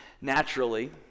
naturally